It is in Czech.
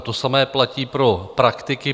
To samé platí pro praktiky.